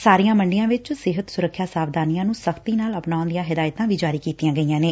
ਸਾਰੀਆਂ ਮੰਡੀਆਂ ਵਿਚ ਸਿਹਤ ਸੁਰੱਖਿਆ ਸਾਵਧਾਨੀਆਂ ਨੂੰ ਸਖ਼ਤੀ ਨਾਲ ਅਪਨਾਉਣ ਲਈ ਹਦਾਇਤਾਂ ਵੀ ਜਾਰੀ ਕੀਤੀਆਂ ਗਈਆਂ ਨੇ